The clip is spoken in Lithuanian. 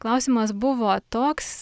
klausimas buvo toks